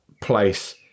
place